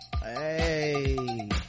hey